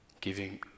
giving